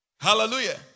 Hallelujah